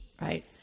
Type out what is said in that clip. Right